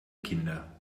kinder